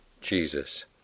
Jesus